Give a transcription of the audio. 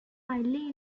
wildly